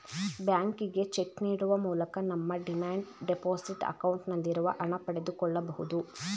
ಬ್ಯಾಂಕಿಗೆ ಚೆಕ್ ನೀಡುವ ಮೂಲಕ ನಮ್ಮ ಡಿಮ್ಯಾಂಡ್ ಡೆಪೋಸಿಟ್ ಅಕೌಂಟ್ ನಲ್ಲಿರುವ ಹಣ ಪಡೆದುಕೊಳ್ಳಬಹುದು